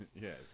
Yes